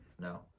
No